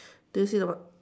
did you see the